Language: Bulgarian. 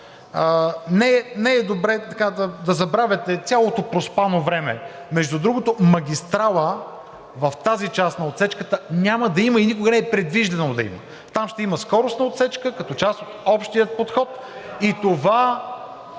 не е добре да не забравяте цялото проспано време. Между другото, магистрала в тази част на отсечката няма да има и никога не е предвиждано да има. Там ще има скоростна отсечка, като част от общия подход и това…